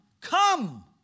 come